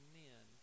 men